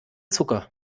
zucker